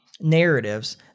narratives